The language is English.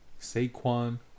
Saquon